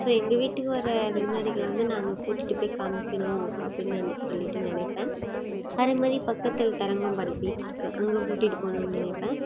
so எங்க வீட்டுக்கு வர விருந்தாளிகளை வந்து நாங்கள் கூட்டிட்டு போய் காமிக்கணும் அப்படின்னு சொல்லிட்டு நினைப்பேன் அது மாரி பக்கத்தில் தரங்கம்பாடி பீச் இருக்குது அங்கே கூட்டிகிட்டு போகணுன்னு நினைப்பேன்